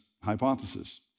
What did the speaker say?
hypothesis